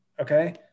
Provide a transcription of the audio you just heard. Okay